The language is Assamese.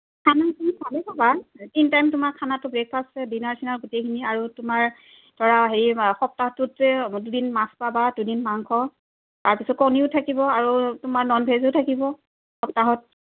খানা তুমি ভালে পাবা তিনি টাইম তোমাৰ খানাটো ব্ৰেকফাষ্টে ডিনাৰ চিনাৰ গোটেইখিনি আৰু তোমাৰ ধৰা হেয়ি সপ্তাহটোতে দুদিন মাছ খোৱা বা দুদিন মাংস তাৰপিছত কণীও থাকিব আৰু তোমাৰ নন ভেজো থাকিব সপ্তাহত